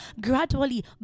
gradually